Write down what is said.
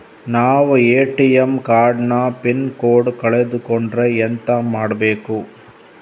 ನಾವು ATM card ನ pin code ಕಳೆದು ಕೊಂಡ್ರೆ ಎಂತ ಮಾಡ್ಬೇಕು?